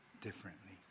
differently